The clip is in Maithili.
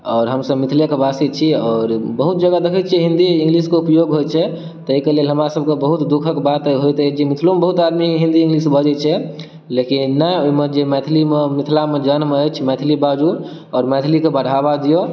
आओर हमसब मिथिले कऽ बासी छी आओर बहुत जगह देखैत छियै हिन्दी इंगलिश कऽ उपयोग होयत छै ताहि कऽ लेल हमरा सब कऽ बहुत दुखक बात होयत अछि जे मिथिलोमे बहुत आदमी हिन्दी इंगलिश बजैत छै लेकिन नहि ओहिमे जे मैथिलीमे मिथिलामे जन्म अछि मैथिली बाजू आओर मैथिली कऽ बढ़ावा दिऔ